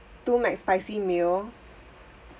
two mcspicy meal